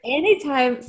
anytime